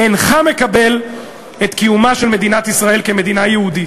אינך מקבל את קיומה של מדינת ישראל כמדינה יהודית.